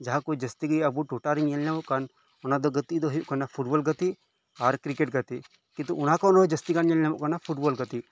ᱡᱟᱦᱟᱸ ᱠᱚ ᱡᱟᱥᱛᱤ ᱜᱮ ᱟᱵᱚ ᱴᱚᱴᱷᱟᱨᱮ ᱧᱮᱞ ᱧᱟᱢᱚᱜ ᱠᱟᱱ ᱚᱱᱟ ᱫᱚ ᱜᱟᱛᱮᱜ ᱫᱚ ᱦᱳᱭᱳᱜ ᱠᱟᱱ ᱯᱷᱩᱴᱵᱚᱞ ᱜᱟᱛᱮᱜ ᱟᱨ ᱠᱨᱤᱠᱮᱴ ᱜᱟᱛᱮᱜ ᱠᱤᱱᱛᱩ ᱚᱱᱟ ᱠᱷᱚᱱ ᱦᱚᱸ ᱡᱟᱥᱛᱤ ᱜᱟᱱ ᱧᱮᱞ ᱧᱟᱢᱚᱜ ᱠᱟᱱᱟ ᱯᱷᱩᱴᱵᱚᱞ ᱜᱟᱛᱮᱜ